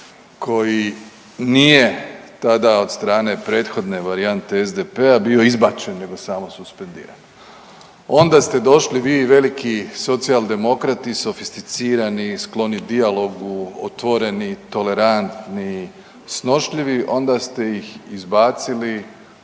koji nije tada od strane prethodne varijante SDP-a bio izbačen nego samo suspendiran. Onda ste došli vi i veliki socijaldemokrati, sofisticirani, skloni dijalogu, otvoreni, tolerantni, snošljivi onda ste ih izbacili